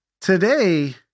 today